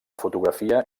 fotografia